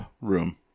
room